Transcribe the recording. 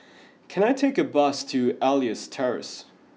can I take a bus to Elias Terrace